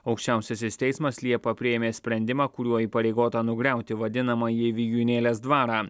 aukščiausiasis teismas liepą priėmė sprendimą kuriuo įpareigota nugriauti vadinamąjį vijūnėlės dvarą